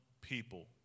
people